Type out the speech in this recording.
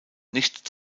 nicht